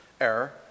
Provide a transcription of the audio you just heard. error